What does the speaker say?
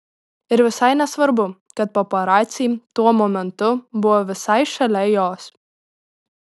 ir visai nesvarbu kad paparaciai tuo momentu buvo visai šalia jos